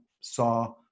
saw